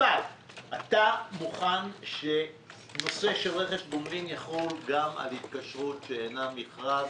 אתה מוכן שהנושא של רכש גומלין יחול גם על התקשרות שאינה מכרז?